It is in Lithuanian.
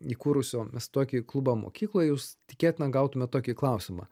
įkūrusio mes tokį klubą mokykloj jūs tikėtina gautumėt tokį klausimą